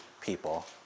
people